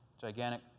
gigantic